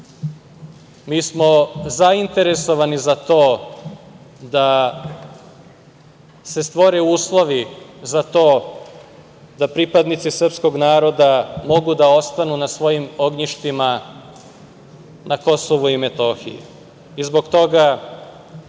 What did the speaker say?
smo zainteresovani za to da se stvore uslovi za to da pripadnici srpskog naroda mogu da ostanu na svojim ognjištima na KiM i zbog toga